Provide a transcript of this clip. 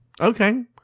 Okay